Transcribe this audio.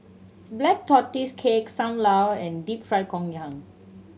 Black Tortoise Cake Sam Lau and Deep Fried Ngoh Hiang